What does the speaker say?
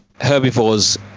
herbivores